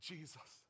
Jesus